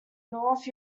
north